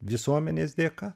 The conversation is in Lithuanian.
visuomenės dėka